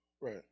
Right